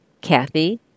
Kathy